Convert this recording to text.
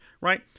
right